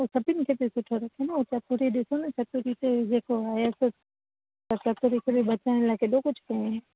हू त सभिनि खे थी सुठो रखे न हू त सुठी ॾिस न ससि जेको आयसि ससि खे बचाइण लाइ केॾो कुझु कयईं